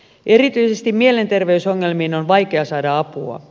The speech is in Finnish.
erityisesti mielenterveysongelmiin on vaikea saada apua